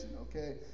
okay